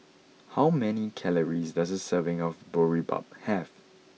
how many calories does a serving of Boribap have